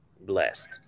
blessed